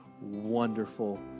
Wonderful